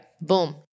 Boom